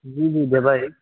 जी जी देबै